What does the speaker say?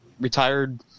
retired